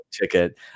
ticket